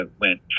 went